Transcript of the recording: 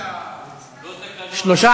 להעביר את הנושא לוועדת הכלכלה נתקבלה.